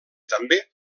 també